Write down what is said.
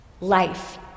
Life